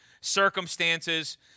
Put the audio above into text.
circumstances